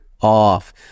off